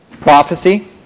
Prophecy